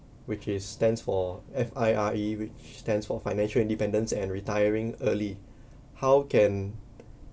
which is stands for F_I_R_E which stands for financial independence and retiring early how can